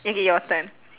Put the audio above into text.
okay your turn